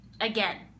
again